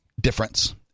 difference